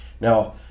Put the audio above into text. Now